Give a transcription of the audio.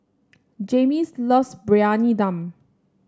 Jaymes loves Briyani Dum